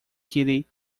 kitty